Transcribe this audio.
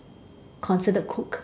considered cook